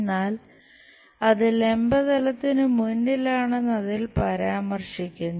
എന്നാൽ അത് ലംബ തലത്തിന് മുന്നിലാണെന്ന് അതിൽ പരാമർശിക്കുന്നു